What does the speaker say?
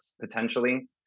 potentially